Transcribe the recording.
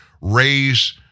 Raise